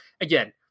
again